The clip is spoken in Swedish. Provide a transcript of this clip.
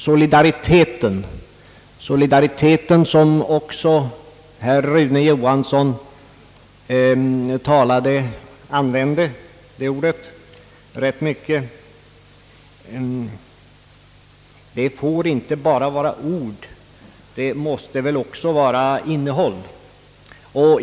Solidariteten, som även herr Rune Johansson talade om — han använde ordet rätt mycket — får inte bara vara ett uttryck, utan det måste också ha ett innehåll.